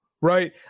right